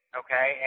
okay